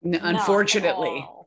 unfortunately